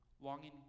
Longing